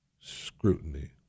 scrutiny